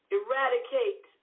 eradicate